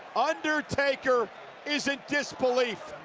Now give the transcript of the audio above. undertaker is in disbelief.